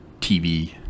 TV